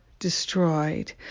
Destroyed